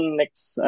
next